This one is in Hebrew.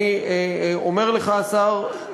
אני אומר לך, השר,